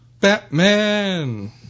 Batman